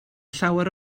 llawer